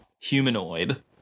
humanoid